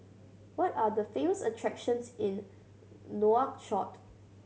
what are the famous attractions in Nouakchott